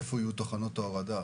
איפה תהיינה תחנות ההורדה.